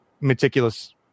meticulous